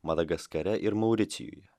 madagaskare ir mauricijuje